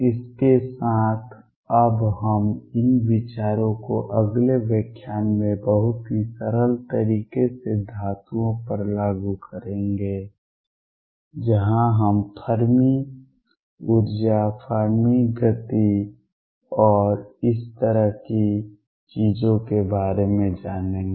इसके साथ अब हम इन विचारों को अगले व्याख्यान में बहुत ही सरल तरीके से धातुओं पर लागू करेंगे जहां हम फर्मी ऊर्जा फर्मी गति और इस तरह की चीजों के बारे में जानेंगे